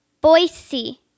Boise